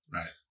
Right